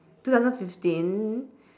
two thousand fifteen